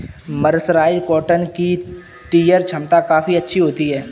mercerised cotton की tear छमता काफी अच्छी होती है